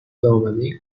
دامنه